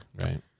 Right